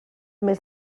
més